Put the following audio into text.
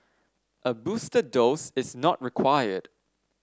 a booster dose is not required